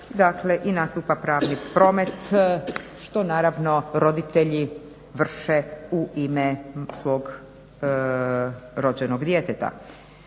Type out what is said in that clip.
Dakle i nastupa pravni promet što naravno roditelji vrše u ime svog rođenog djeteta